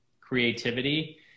creativity